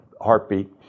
heartbeat